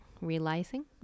realizing